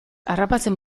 harrapatzen